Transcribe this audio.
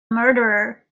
murderer